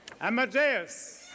Amadeus